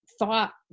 Thought